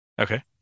Okay